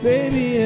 Baby